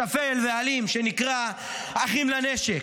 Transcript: שפל ואלים שנקרא אחים לנשק,